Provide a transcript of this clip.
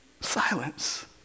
Silence